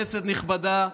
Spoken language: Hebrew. כנסת נכבדה,